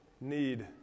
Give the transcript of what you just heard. need